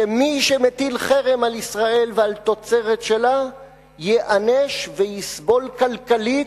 שמי שמטיל חרם על ישראל ועל תוצרת שלה ייענש ויסבול כלכלית,